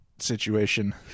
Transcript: situation